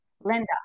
Linda